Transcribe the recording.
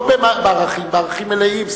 בערכים מלאים,